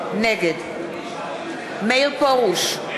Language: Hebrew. נגד מאיר פרוש,